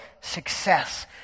success